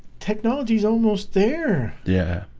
technology's almost there yeah,